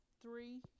three